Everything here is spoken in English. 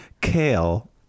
kale